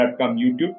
YouTube